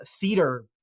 theater